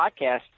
podcast